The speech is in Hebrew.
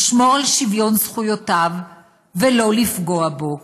לשמור על שוויון זכויותיו ולא לפגוע בו.